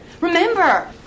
Remember